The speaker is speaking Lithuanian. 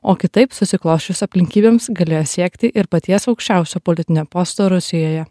o kitaip susiklosčius aplinkybėms galėjo siekti ir paties aukščiausio politinio posto rusijoje